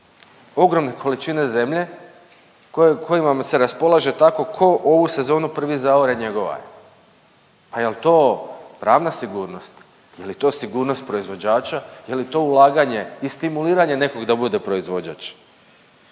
ogromne količine zemlje koji, kojima vam se raspolaže tako ko ovu sezonu prvi zaore njegova je. Pa jel to pravna sigurnost, je li to sigurnost proizvođača, je li to ulaganje i stimuliranje nekog da bude proizvođač?